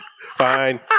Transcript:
Fine